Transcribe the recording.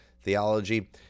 theology